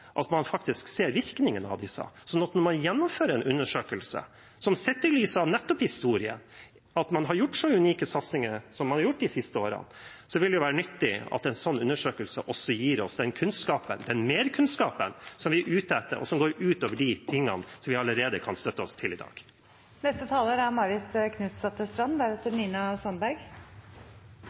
at man faktisk ser virkningen av disse. Så når man gjennomfører en undersøkelse – sett i lys av nettopp historien, at man har gjort så unike satsinger som man har gjort de siste årene – vil det være nyttig at en sånn undersøkelse også gir oss den kunnskapen, den merkunnskapen, som vi er ute etter, og som går utover de tingene som vi allerede kan støtte oss til i dag.